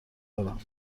دارم